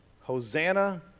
Hosanna